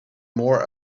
more